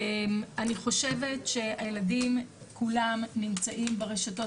אני חושבת שהילדים כולם נמצאים ברשתות